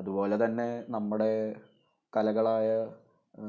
അതുപോലെ തന്നെ നമ്മുടെ കലകളായ